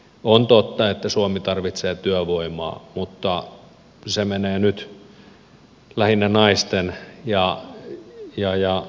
on totta että suomi tarvitsee työvoimaa mutta se menee nyt lähinnä naisten ja lasten kustannuksella